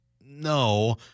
no